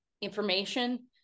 information